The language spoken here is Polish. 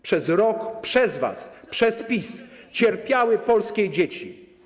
Przez rok przez was, przez PiS cierpiały polskie dzieci.